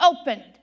opened